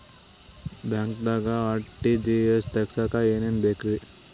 ಬ್ಯಾಂಕ್ದಾಗ ಆರ್.ಟಿ.ಜಿ.ಎಸ್ ತಗ್ಸಾಕ್ ಏನೇನ್ ಬೇಕ್ರಿ?